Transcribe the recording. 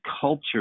culture